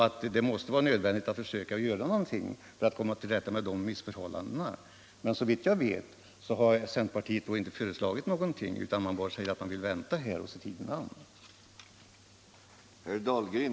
Det är därför nödvändigt att göra någonting för att försöka komma till rätta med dessa missförhållanden, men såvitt jag vet har man i centerpartiet inte föreslagit några sådana åtgärder utan bara sagt att man helst vill vänta och se tiden an.